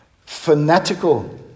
Fanatical